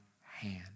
hand